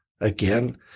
Again